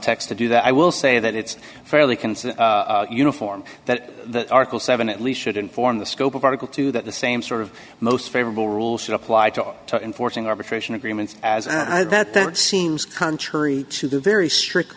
text to do that i will say that it's fairly consistent uniform that article seven at least should inform the scope of article two that the same sort of most favorable rule should apply to enforcing arbitration agreements as that seems contrary to the very strict